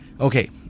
Okay